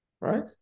Right